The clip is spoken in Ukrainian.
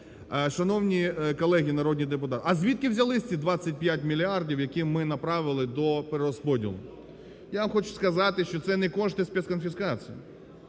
Шановні колеги, народні депутати… А звідки взялися ці 25 мільярдів, які ми направили до перерозподілу. Я вам хочу сказати, що це не кошти спецконфіскації,